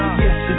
yes